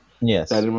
Yes